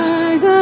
eyes